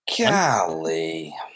Golly